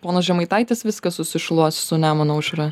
ponas žemaitaitis viską susišluos su nemuno aušra